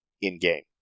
in-game